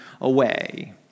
away